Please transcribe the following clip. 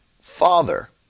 father